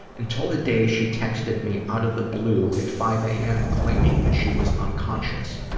until the day she texted me out of the blue at five am, claiming that she was unconscious.